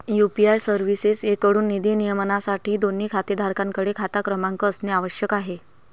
UPI सर्व्हिसेसएकडून निधी नियमनासाठी, दोन्ही खातेधारकांकडे खाता क्रमांक असणे आवश्यक आहे